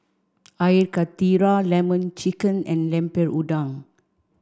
Air Karthira Lemon Chicken and Lemper Udang